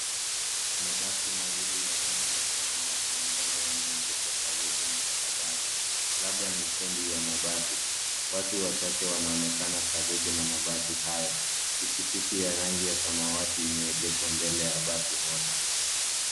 Mabasi mawili ya rangi ya samawati na njano yameegeshwa kando ya barabara. Labda ni stendi ya mabasi. Watu wachache wanaonekana karibu na mabasi haya. Pikipiki ya rangi ya samawati imeegeshwa mbele ya basi moja.